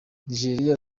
nigeria